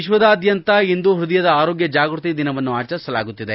ವಿಶ್ವಾದ್ಯಂತ ಇಂದು ಪೃದಯದ ಆರೋಗ್ಯ ಜಾಗೃತಿ ದಿನವನ್ನು ಆಚರಿಸಲಾಗುತ್ತಿದೆ